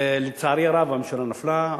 לצערי הרב הממשלה נפלה,